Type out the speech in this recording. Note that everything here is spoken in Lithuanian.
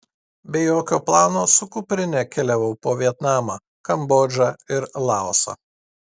be jokio plano su kuprine keliavau po vietnamą kambodžą ir laosą